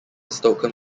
stockholm